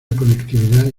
conectividad